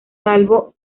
salvo